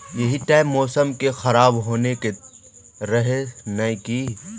यही टाइम मौसम के खराब होबे के रहे नय की?